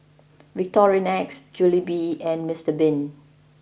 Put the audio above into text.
Victorinox Jollibee and Mister bean